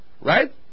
Right